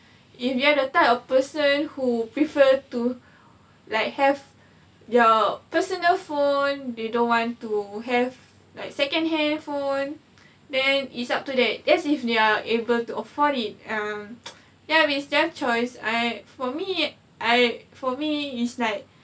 if you are the type of person who prefer to like have your personal phone they don't want to have like second hand phone then it's up to them as if they are able to afford it um ya it's their choice I for me I for me it's like